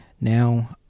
Now